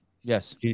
yes